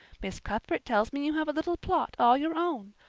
miss cuthbert tells me you have a little plot all your own.